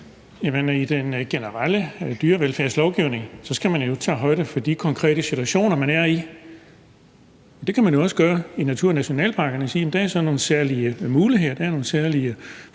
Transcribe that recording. i den generelle dyrevelfærdslovgivning skal man jo ikke tage højde for de konkrete situationer, man er i. Det, man kan gøre i naturnationalparkerne, er at sige, at der er nogle særlige muligheder,